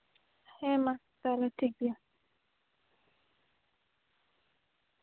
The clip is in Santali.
ᱦᱮᱸ ᱢᱟ ᱛᱟᱦᱚᱞᱮ ᱴᱷᱤᱠᱜᱮᱭᱟ